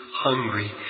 hungry